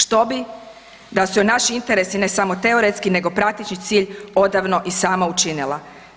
Što bi, da su je naši interesi, ne samo teoretski nego prateći cilj, odavno i sama učinila.